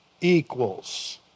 equals